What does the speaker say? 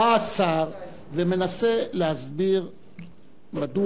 אף אחד לא אמר "עופרת